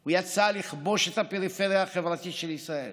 הוא יצא לכבוש את הפריפריה החברתית של ישראל